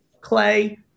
Clay